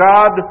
God